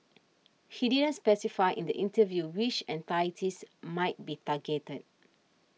he didn't specify in the interview which entities might be targeted